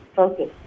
focus